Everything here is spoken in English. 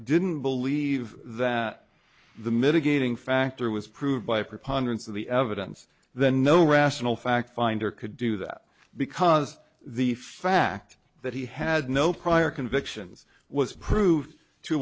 didn't believe that the mitigating factor was proved by a preponderance of the evidence the no rational fact finder could do that because the fact that he had no prior convictions was proved to